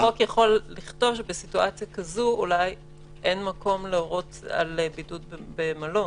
החוק יכול לכתוב בסיטואציה כזו אולי שאין מקום להורות על בידוד במלון.